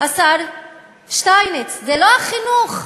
השר שטייניץ, זה לא החינוך,